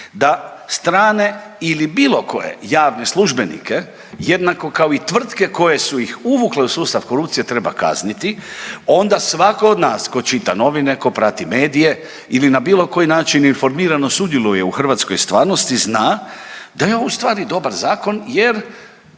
da strane ili bilo koje javne službenike jednako kao i tvrtke koje su ih uvukle u sustav korupcije treba kazniti, onda svatko od nas tko čita novine, tko prati medije ili na bilo koji način informirano sudjeluje u Hrvatskoj stvarnosti zna, da je ovo u stvari dobar zakon, jer